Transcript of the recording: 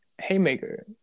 Haymaker